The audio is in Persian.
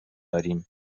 داریم